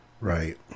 Right